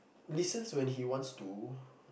listens when he wants to